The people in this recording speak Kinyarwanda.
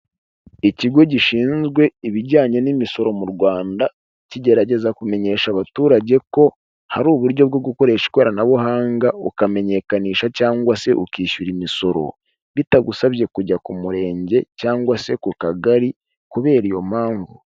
Ikigo gishinzwe ibijyanye n'imisoro mu Rwanda, kigerageza kumenyesha abaturage ko hari uburyo bwo gukoresha ikoranabuhanga, ukamenyekanisha cyangwa se ukishyura imisoro, bitagusabye kujya ku Murenge cyangwa se ku kagari kubera iyo mpamvu.